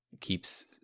keeps